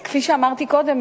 אז כפי שאמרתי קודם,